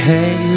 Hey